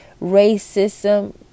racism